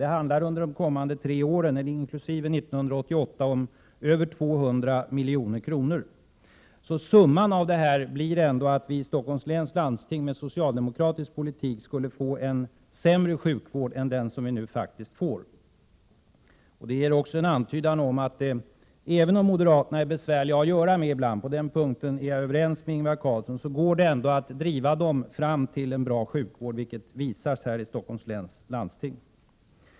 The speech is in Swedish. Det handlar under 1988 och de två följande åren om över 200 milj.kr. Så summan blir ändå att vi i Stockholms läns landsting med socialdemokratisk politik skulle få en sämre sjukvård än den som vi nu faktiskt får. Även om moderaterna är besvärliga att ha att göra med ibland — på den punkten är jag överens med Ingvar Carlsson — går det ändå att driva dem fram till en bra sjukvård, vilket visas i Stockholms läns landsting.